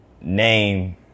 name